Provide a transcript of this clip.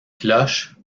cloche